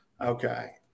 Okay